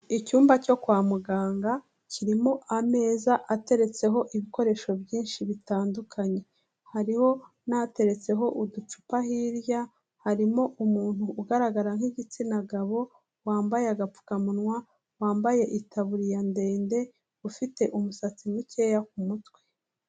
Icyumba cyo kwa muganga kirimo ameza ateretseho ibikoresho byinshi bitandukanye. Hariho n'ateretseho uducupa hirya, harimo umuntu ugaragara nk'igitsina gabo wambaye agapfukamunwa, wambaye itaburiya ndende ufite umusatsi mukeya ku mutwe.